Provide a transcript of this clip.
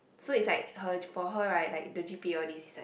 so it's like her for her right the g_p_a and all these is like